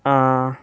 ஆ ஆ